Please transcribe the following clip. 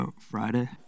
Friday